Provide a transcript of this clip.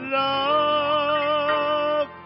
love